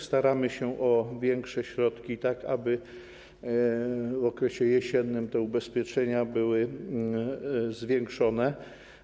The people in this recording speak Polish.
Staramy się o większe środki, tak aby w okresie jesiennym te ubezpieczenia były zwiększone.